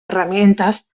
herramientas